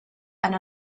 and